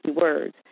words